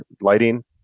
lighting